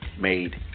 made